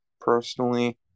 personally